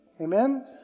Amen